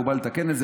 והוא בא לתקן את זה,